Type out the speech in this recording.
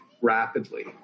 rapidly